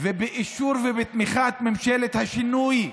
ובאישור ובתמיכת ממשלת השינוי,